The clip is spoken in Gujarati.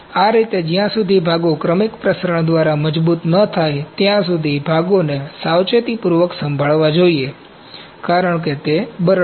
આ રીતે જ્યા સુધી ભાગો ક્રમિક પ્રસારણ દ્વારા મજબૂત ન થાય ત્યાં સુધી ભાગોને સાવચેતીપૂર્વક સંભાળવા જોઈએ કારણ કે તે બરડ છે